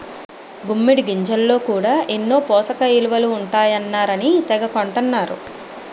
గుమ్మిడి గింజల్లో కూడా ఎన్నో పోసకయిలువలు ఉంటాయన్నారని తెగ కొంటన్నరు